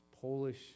Polish